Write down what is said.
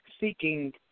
seeking